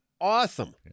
awesome